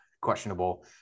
questionable